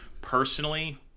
Personally